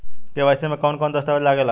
KYC में कवन कवन दस्तावेज लागे ला?